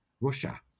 Russia